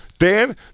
Dan